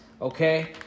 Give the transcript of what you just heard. okay